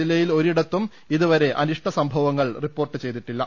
ജില്ലയിൽ ഒരിടത്തും ഇതുവരെ അനിഷ്ട സംഭവങ്ങൾ റിപ്പോർട്ട് ചെയ്തിട്ടില്ല